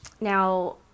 Now